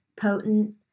potent